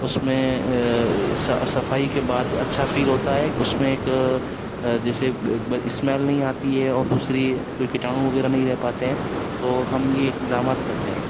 اس میں صفائی کے بعد اچھا فیل ہوتا ہے اس میں ایک جیسے اسمل نہیں آتی ہے اور دوسری کوئی کٹاڑؤٔوں وغیرہ نہیں رہ پاتے ہیں تو ہم یہ اقتدامات کرتے ہیں